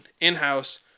in-house